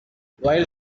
while